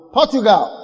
Portugal